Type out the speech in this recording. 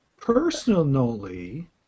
Personally